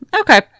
Okay